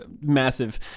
massive